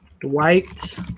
Dwight